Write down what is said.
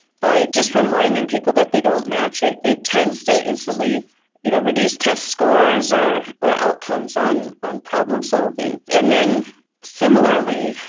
by just reminding people that they don't match it, it tends to instantly you know reduce test scores, or or outcomes on on problem solving and then similarly,